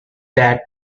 that